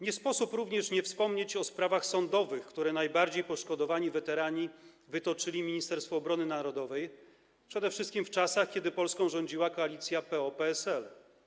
Nie sposób również nie wspomnieć o sprawach sądowych, które najbardziej poszkodowani weterani wytoczyli Ministerstwu Obrony Narodowej, przede wszystkim w czasach, kiedy Polską rządziła koalicja PO-PSL.